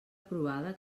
aprovada